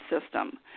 system